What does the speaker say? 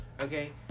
Okay